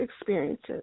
experiences